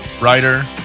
Writer